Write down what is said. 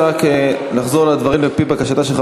לסעיף 8 לא נתקבלה.